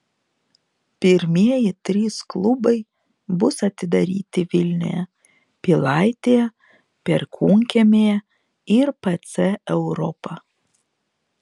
pirmieji trys klubai bus atidaryti vilniuje pilaitėje perkūnkiemyje ir pc europa